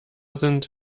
sind